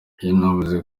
yanavuze